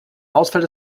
ausfall